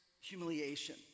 humiliation